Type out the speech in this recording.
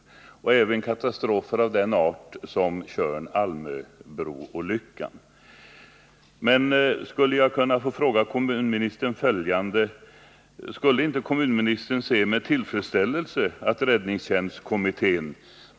liksom också från katastrofer sådana som olyckan vid Tjörn och Almön. Jag skulle emellertid vilja fråga kommunministern: Skulle inte kommunministern se med tillfredsställelse, om räddningstjänstkommittén.